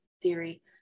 Theory